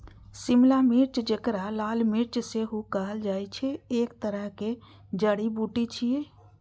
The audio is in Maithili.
शिमला मिर्च, जेकरा लाल मिर्च सेहो कहल जाइ छै, एक तरहक जड़ी बूटी छियै